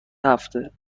هفته